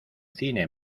cine